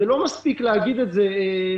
זה לא מספיק להגיד את זה.